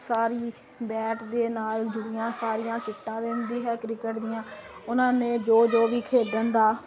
ਸਾਰੀ bat ਦੇ ਨਾਲ ਦੁਨੀਆਂ ਸਾਰੀਆਂ ਕਿੱਟਾਂ ਦਿੰਦੀ ਹੈ ਕ੍ਰਿਕਟ ਦੀਆਂ ਉਹਨਾਂ ਨੇ ਜੋ ਜੋ ਵੀ ਖੇਡਣ ਦਾ